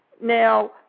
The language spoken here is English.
Now